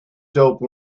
dope